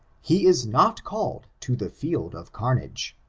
he is not called to the field of carnage.